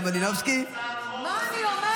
זה לא יהיה.